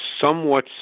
Somewhat